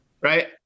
right